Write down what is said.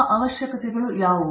ಆ ಅವಶ್ಯಕತೆಗಳು ಯಾವುವು